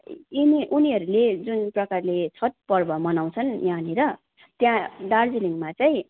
इनी उनीहरूले जुन प्रकारले छट पर्व मनाउँछन् यहाँनिर त्यहाँ दार्जिलिङमा चाहिँ